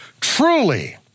truly